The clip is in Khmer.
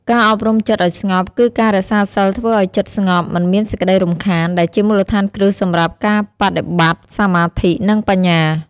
ការអប់រំចិត្តឱ្យស្ងប់ គឺការរក្សាសីលធ្វើឱ្យចិត្តស្ងប់ មិនមានសេចក្ដីរំខាន ដែលជាមូលដ្ឋានគ្រឹះសម្រាប់ការបដិបត្តិសមាធិ និងបញ្ញា។